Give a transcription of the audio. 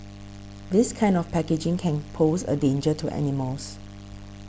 this kind of packaging can pose a danger to animals